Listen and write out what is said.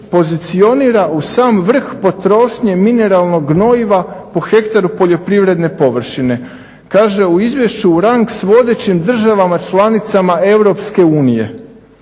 pozicionira u sam vrh potrošnje mineralnog gnojiva po hektaru poljoprivredne površine kaže u izvješću u rang s vodećim državama članica EU.